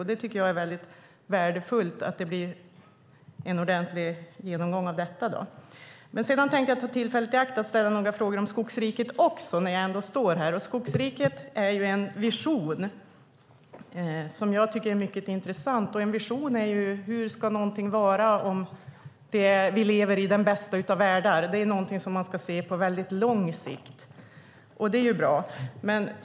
Jag tycker att det är värdefullt att det blir en ordentlig genomgång av detta. Sedan tänkte jag ta tillfället i akt att ställa några frågor om Skogsriket också, när jag ändå står här. Skogsriket är ju en vision som jag tycker är mycket intressant. En vision handlar om hur något ska vara om vi lever i den bästa av världar. Det är något man ska se på lång sikt.